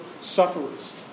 sufferers